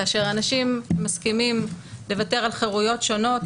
כאשר אנשים מסכימים לוותר על חרויות שונות